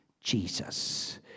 Jesus